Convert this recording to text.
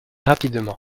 rapidement